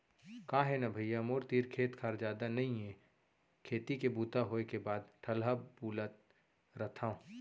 का हे न भइया मोर तीर खेत खार जादा नइये खेती के बूता होय के बाद ठलहा बुलत रथव